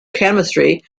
chemistry